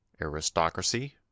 Aristocracy